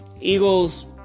Eagles